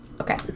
Okay